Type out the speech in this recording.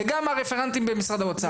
וגם הרפרנטים במשרד האוצר.